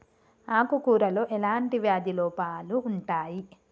ఆకు కూరలో ఎలాంటి వ్యాధి లోపాలు ఉంటాయి?